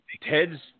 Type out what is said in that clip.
Ted's